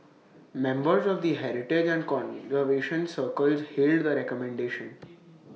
members of the heritage and conservation circles hailed the recommendation